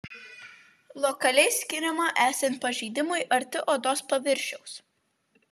lokaliai skiriama esant pažeidimui arti odos paviršiaus